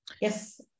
Yes